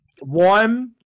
One